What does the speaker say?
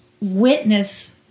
witness